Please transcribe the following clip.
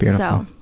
yeah so,